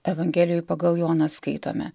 evangelijoj pagal joną skaitome